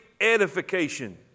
edification